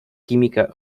química